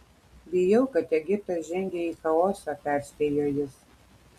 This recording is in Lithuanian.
bijau kad egiptas žengia į chaosą perspėjo jis